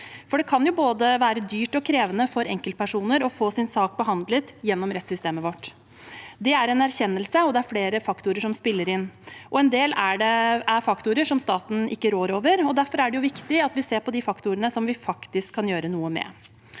dyr. Det kan være både dyrt og krevende for enkeltpersoner å få sin sak behandlet gjennom rettssystemet vårt. Det er en erkjennelse, og det er flere faktorer som spiller inn. En del er faktorer som staten ikke rår over, og derfor er det viktig at vi ser på de faktorene vi faktisk kan gjøre noe med.